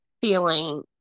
feeling